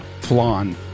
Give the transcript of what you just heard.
Flan